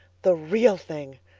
the real thing,